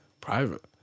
private